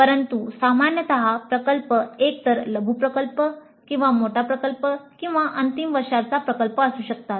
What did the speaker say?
परंतु सामान्यत प्रकल्प एकतर लघु प्रकल्प किंवा मोठा प्रकल्प किंवा अंतिम वर्षाचा प्रकल्प असू शकतात